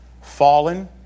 fallen